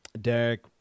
Derek